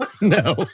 No